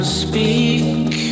speak